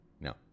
No